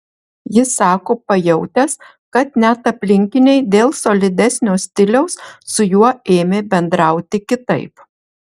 jis sako pajautęs kad net aplinkiniai dėl solidesnio stiliaus su juo ėmė bendrauti kitaip